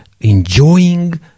enjoying